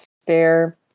stare